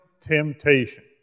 temptation